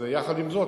ויחד עם זאת,